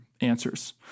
answers